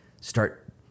start